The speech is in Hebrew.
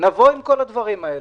נבוא עם כל הדברים האלה.